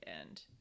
end